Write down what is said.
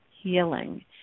healing